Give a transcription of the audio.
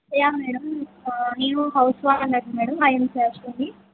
yeah madam నేను house ఓనర్ని madam I am Saraswati